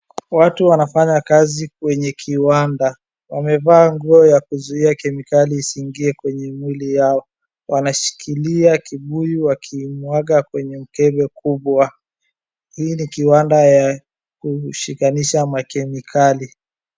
Watu wanafanya kazi kwenye kiwanda. Wamevaa nguo ya kuzuia kemikali isiingie kwenye mwili yao. Wanashikilia kibuyu wakimwaga kwenye mkebe kubwa. Hii ni kiwanda ya kushikanisha makemikali.